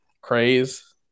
craze